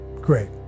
great